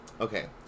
Okay